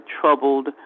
troubled